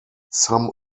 some